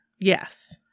yes